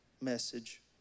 message